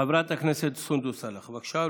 חברת הכנסת סונדוס סאלח, בבקשה.